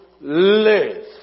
live